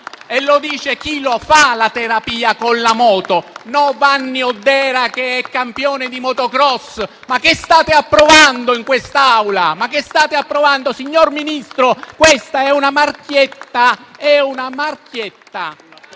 E lo dice chi fa la terapia con la moto e non Vanni Oddera, che è campione di motocross. Ma cosa state approvando in quest'Aula? Signor Ministro, questa è una "marchietta"!